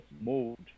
mode